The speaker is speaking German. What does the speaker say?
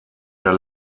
der